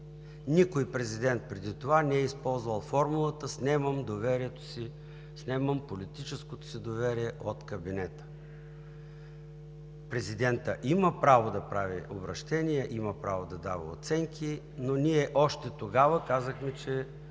Никой президент преди това не е използвал формулата „снемам политическото си доверие от кабинета“. Президентът има право да прави обръщения, има право да дава оценки, но ние още тогава казахме, че